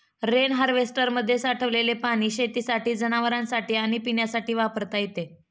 rain हार्वेस्टरमध्ये साठलेले पाणी शेतीसाठी, जनावरांनासाठी आणि पिण्यासाठी वापरता येते